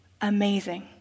Amazing